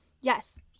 Yes